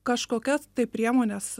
kažkokias tai priemones